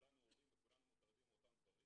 כולנו הורים וכולנו מוטרדים מאותם הדברים,